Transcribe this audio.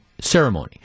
ceremony